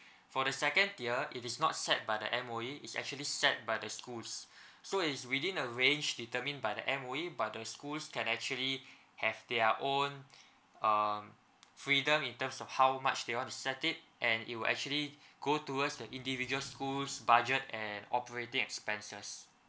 for the second tier it is not set by the M_O_E is actually set by the schools so is within the range determine by the M_O_E but the schools can actually have their own um freedom in terms of how much they want to set it and it will actually go towards the individual schools budget and operating expenses